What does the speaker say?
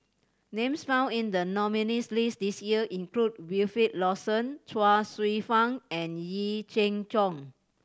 names found in the nominees' list this year include Wilfed Lawson Chuang Hsueh Fang and Yee Jenn Jong